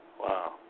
Wow